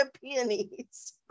Peonies